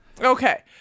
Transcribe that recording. Okay